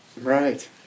right